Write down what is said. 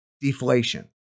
deflation